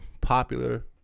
popular